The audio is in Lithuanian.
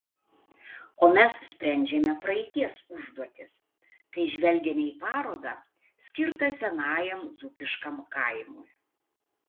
o mes sprendžiame praeities užduotis kai žvelgiame į parodą skirtą senajam dzūkiškam kaimui